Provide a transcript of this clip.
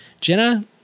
Jenna